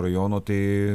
rajono tai